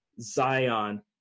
Zion